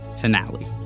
finale